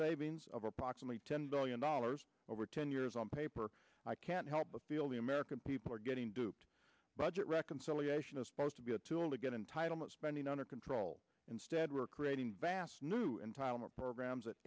savings of approximately ten billion dollars over ten years on paper i can't help but feel the american people are getting duped budget reconciliation is supposed to be a tool to get entitle not spending under control instead we are creating vast new entitlement programs